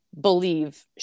believe